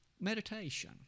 meditation